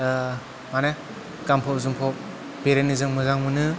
माने गानफब जोमफब बेरायनो जों मोजां मोनो